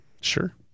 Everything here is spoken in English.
Sure